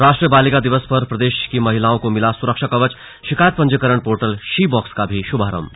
राष्ट्रीय बालिका दिवस पर प्रदेश की महिलाओं को मिला सुरक्षा कवचशिकायत पंजीकरण पोर्टल शी बॉक्स का भी शुभारंभ